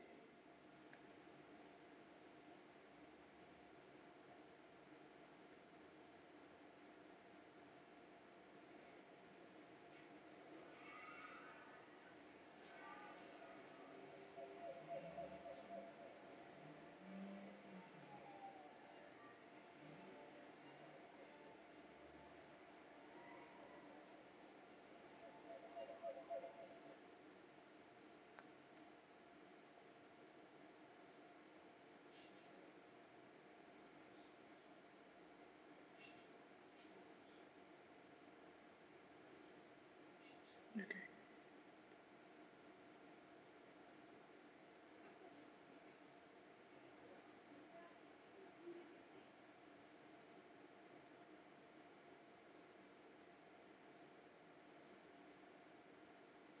okay